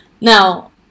Now